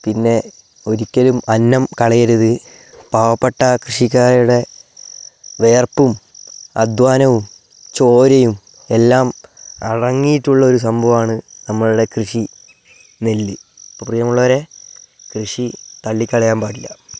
പിന്നെ ഒരിക്കലും അന്നം കളയരുത് പാവപ്പെട്ട കൃഷിക്കാരുടെ വിയർപ്പും അധ്വാനവും ചോരയും എല്ലാം അടങ്ങിയിട്ടുള്ളോര് സംഭവമാണ് നമ്മളുടെ കൃഷി നെല്ല് അപ്പോൾ പ്രിയമുള്ളവരെ കൃഷി തള്ളി കളയാൻ പാടില്ല